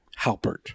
Halpert